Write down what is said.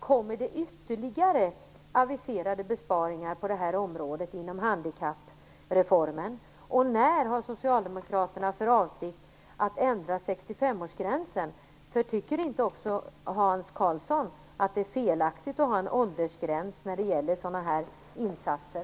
Kommer det ytterligare besparingar på detta område i samband med handikappreformen? När har Socialdemokraterna för avsikt att ändra 65 årsgränsen? Tycker inte också Hans Karlsson att det är felaktigt att ha en åldersgräns för sådana insatser?